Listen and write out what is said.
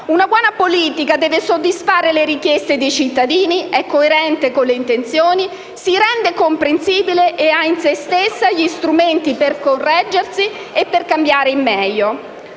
Una buona politica deve soddisfare le richieste dei cittadini, è coerente con le intenzioni, si rende comprensibile e ha in se stessa gli strumenti per correggersi e cambiare in meglio: